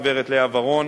הגברת לאה ורון,